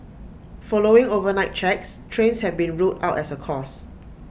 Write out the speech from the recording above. following overnight checks trains have been ruled out as A cause